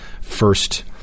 first